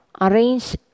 arrange